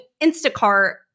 Instacart